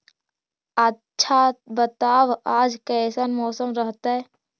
आच्छा बताब आज कैसन मौसम रहतैय?